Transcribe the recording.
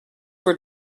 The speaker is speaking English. were